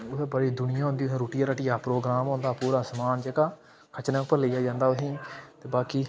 उत्थै बड़ी दुनिया होंदी उत्थै रुट्टिये रट्टियै दा प्रोग्राम होंदा पूरा समान जेह्का खच्चरें उप्पर लेइयै जंदा उत्थै ते बाकी